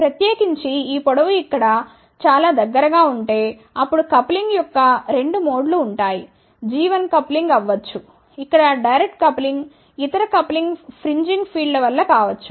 ప్రత్యేకించి ఈ పొడవు ఇక్కడ చాలా దగ్గరగా ఉంటే అప్పుడు కప్లింగ్ యొక్క 2 మోడ్లు ఉంటాయి g1 కప్లింగ్ అవ్వచ్చు ఇక్కడ డెైరెక్ట్ కప్లింగ్ ఇతర కప్లింగ్ ఫ్రింజింగ్ ఫీల్డ్ ల వల్ల కావచ్చు